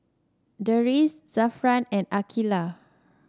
Deris Zafran and Aqeelah